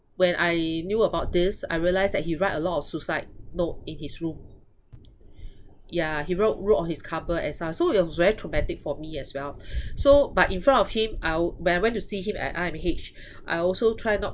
when I knew about this I realised that he write a lot of suicide note in his room ya he wrote wrote on his cover as well so it was very traumatic for me as well so but in front of him I'll but when I went to see him at I_M_H I also try not